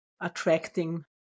attracting